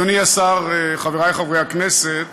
השר, חברי חברי הכנסת,